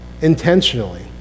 intentionally